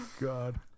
god